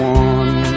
one